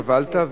קיבלת,